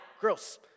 gross